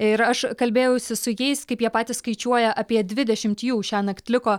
ir aš kalbėjausi su jais kaip jie patys skaičiuoja apie dvidešimt jų šiąnakt liko